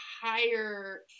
higher